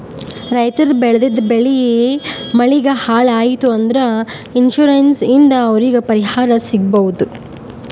ರೈತರ್ ಬೆಳೆದಿದ್ದ್ ಬೆಳಿ ಮಳಿಗ್ ಹಾಳ್ ಆಯ್ತ್ ಅಂದ್ರ ಇನ್ಶೂರೆನ್ಸ್ ಇಂದ್ ಅವ್ರಿಗ್ ಪರಿಹಾರ್ ಸಿಗ್ಬಹುದ್